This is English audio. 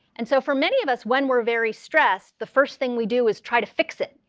and so for many of us when we're very stressed, the first thing we do is try to fix it,